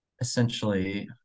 essentially